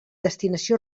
destinació